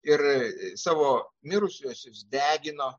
ir savo mirusiuosius degino